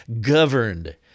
governed